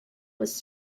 was